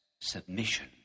submission